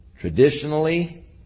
Traditionally